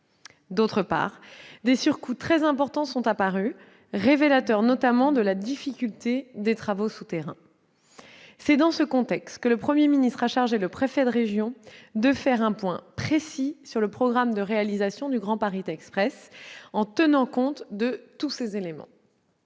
D'autre part, des surcoûts très importants sont apparus, à cause notamment de la difficulté des travaux souterrains. C'est dans ce contexte que le Premier ministre a chargé le préfet de région de faire un point précis sur le programme de réalisation du Grand Paris Express, en tenant compte de tous ces éléments.